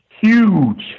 huge